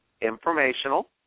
informational –